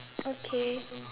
okay